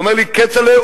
הוא אומר לי: כצל'ה,